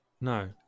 No